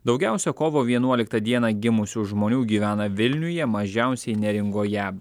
daugiausia kovo vienuoliktą dieną gimusių žmonių gyvena vilniuje mažiausiai neringoje